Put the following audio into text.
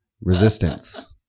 resistance